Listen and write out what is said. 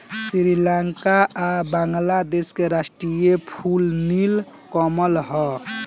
श्रीलंका आ बांग्लादेश के राष्ट्रीय फूल नील कमल ह